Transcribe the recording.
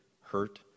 hurt